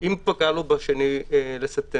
אם פקע לו ב-2 בספטמבר,